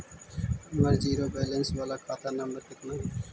हमर zero balance बाला खाता नम्बर कितना है?